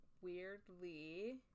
weirdly